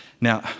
Now